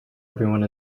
everyone